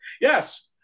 Yes